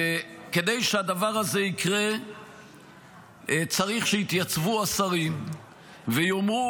כדי שהדבר הזה יקרה צריך שיתייצבו השרים ויאמרו,